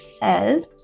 says